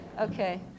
Okay